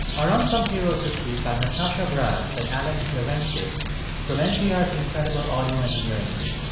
our unsung heroes this week are natasha branch and alex drevenskiz from npr's incredible audio engineering team.